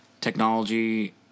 technology